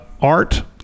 Art